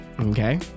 Okay